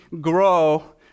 grow